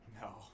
No